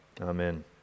Amen